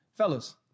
Fellas